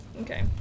Okay